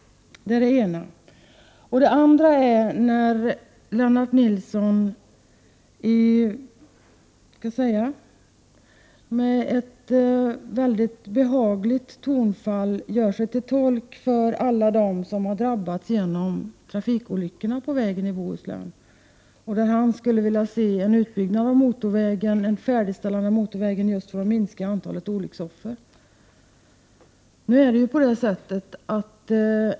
Det är det ena. Det andra är när Lennart Nilsson med ett mycket behagligt tonfall gör sig till tolk för alla dem som har drabbats genom trafikolyckorna på denna väg i Bohuslän. Han skulle vilja se ett färdigställande av motorvägen just för att minska antalet olycksoffer.